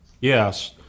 Yes